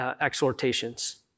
exhortations